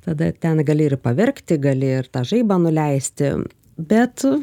tada ten gali ir paverkti gali ir tą žaibą nuleisti bet